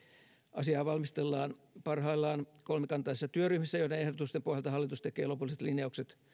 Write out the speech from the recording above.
asiaa valmistellaan parhaillaan kolmikantaisissa työryhmissä joiden ehdotusten pohjalta hallitus tekee lopulliset linjaukset